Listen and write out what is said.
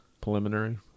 preliminary